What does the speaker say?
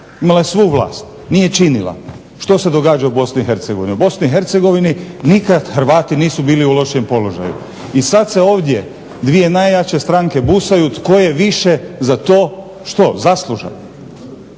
Imala je svu vlast, nije činila. Što se događa u BiH? u BiH nikad Hrvati nisu bili u lošijem položaju. I sada se ovdje dvije najjače busaju tko je više za to, što, zaslužan.